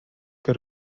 que